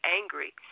angry